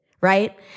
right